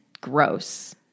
Gross